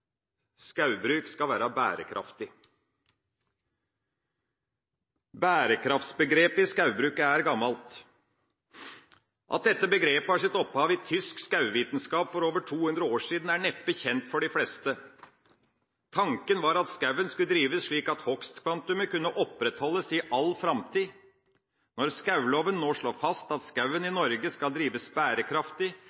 dette begrepet har sitt opphav i tysk skogvitenskap for over 200 år siden, er neppe kjent for de fleste. Tanken var at skogen skulle drives slik at hogstkvantumet kunne opprettholdes i all framtid. Når skogloven nå slår fast at skogen i